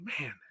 man